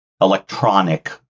electronic